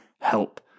help